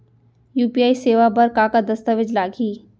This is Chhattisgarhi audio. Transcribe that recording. यू.पी.आई सेवा बर का का दस्तावेज लागही?